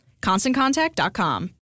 ConstantContact.com